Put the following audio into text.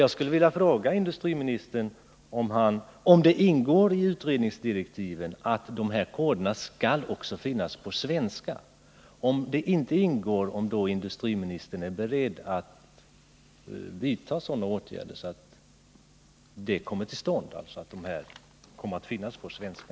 Jag skulle vilja fråga industriministern om det ingår i utredningsdirektiven att de här koderna skall finnas också på svenska. Och om det inte ingår, är då industriministern beredd att vidta sådana åtgärder att koderna kommer att finnas på svenska?